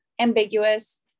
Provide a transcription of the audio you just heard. ambiguous